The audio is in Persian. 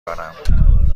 برم